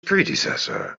predecessor